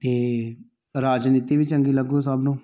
ਅਤੇ ਰਾਜਨੀਤੀ ਵੀ ਚੰਗੀ ਲੱਗੂ ਸਭ ਨੂੰ